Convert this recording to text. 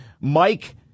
Mike